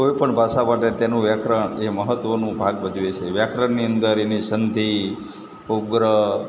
કોઈ પણ ભાષા માટે તેનું વ્યાકરણ એ મહત્ત્વનું ભાગ ભજવે છે વ્યાકરણની અંદર એની સંધિ ઉપગ્રહ